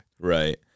Right